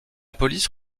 police